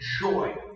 joy